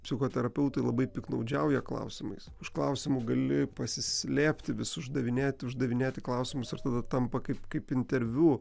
psichoterapeutai labai piktnaudžiauja klausimais už klausimų gali pasislėpti vis uždavinėti uždavinėti klausimus ir tada tampa kaip kaip interviu